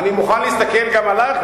אני מוכן להסתכל גם עלייך,